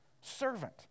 servant